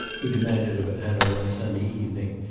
he demanded of anna one sunday evening,